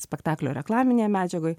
spektaklio reklaminėj medžiagoj